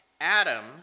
Adam